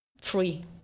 free